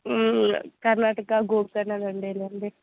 కర్ణాటక గోకర్ణ వెళ్ళాలి అండి